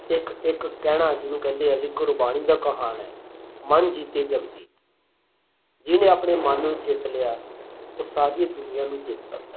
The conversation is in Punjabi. ਇੱਕ ਇੱਕ ਕਹਿਣਾ ਜਿਹਨੂੰ ਕਹਿੰਦੇ ਆ ਜੀ ਗੁਰਬਾਣੀ ਦਾ ਕਹਾਣ ਹੈ ਮਨਿ ਜੀਤੈ ਜਗੁ ਜੀਤੁ ਜਿਹਨੇ ਆਪਣੇ ਮਨ ਨੂੰ ਜਿੱਤ ਲਿਆ ਉਹ ਸਾਰੀ ਦੁਨੀਆਂ ਨੂੰ ਜਿੱਤ ਸਕਦਾ ਹੈ